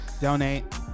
Donate